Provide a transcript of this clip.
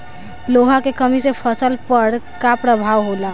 लोहा के कमी से फसल पर का प्रभाव होला?